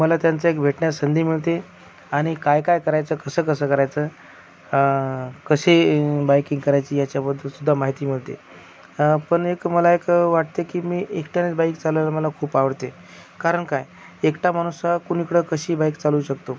मला त्यांचं एक भेटण्यास संधी मिळते आणि काय काय करायचं कसं कसं करायचं कसे बायकिंग करायची याच्याबद्दलसुद्धा माहिती मिळते पण एक मला एक वाटते की मी एकट्यानेच बाईक चालवणं मला खूप आवडते कारण काय एकटा माणूस हा कुणीकडं कशी बाईक चालवू शकतो